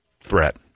threat